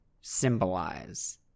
symbolize